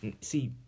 see